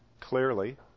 clearly